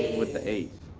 with the eight.